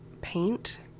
paint